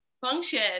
function